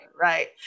right